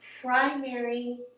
primary